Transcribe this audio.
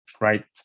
Right